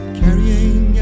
carrying